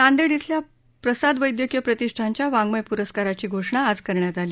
नांदेड इथल्या प्रसाद वैदयकीय प्रतिष्ठानच्या वाङमय प्रस्कारांची घोषणा आज करण्यात आली